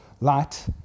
light